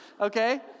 Okay